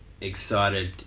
excited